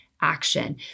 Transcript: action